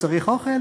הוא צריך אוכל,